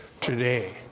today